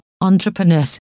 entrepreneurs